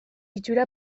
itxura